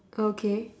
okay